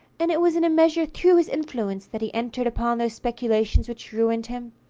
and it was in a measure through his influence that he entered upon those speculations which ruined him.